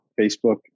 Facebook